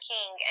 King